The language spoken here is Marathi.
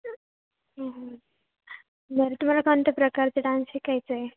बरं तुम्हाला कोणत्या प्रकारचे डान्स शिकायचं आहे